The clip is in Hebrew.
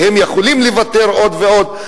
והם יכולים לוותר עוד ועוד.